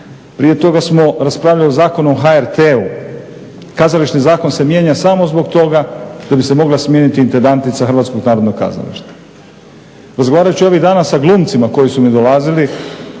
Prije toga smo raspravljali o Zakonu o HRT-u. Kazališni zakon se mijenja samo zbog toga da bi se mogla smijeniti intendantica Hrvatskog narodnog kazališta. Razgovarajući ovih dana sa glumcima koji su mi dolazili,